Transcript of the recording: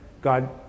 God